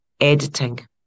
editing